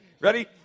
Ready